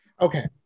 Okay